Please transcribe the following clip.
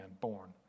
born